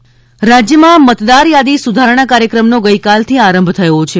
મતદાર યાદી રાજ્યમાં મતદાર યાદી સુધારણા કાર્યક્રમનો ગઇકાલથી આરંભ થયો છે